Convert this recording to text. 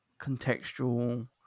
contextual